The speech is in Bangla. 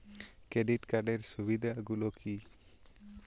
ক্রেডিট কার্ডের সুবিধা গুলো কি?